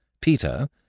Peter